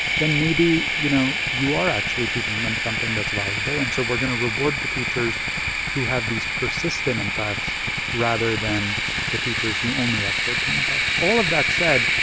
then maybe, you know, you are actually teaching them something that's valuable, and so we're going to reward the teachers who have these persistent impacts rather than the teachers who only have short-term impacts all of that said,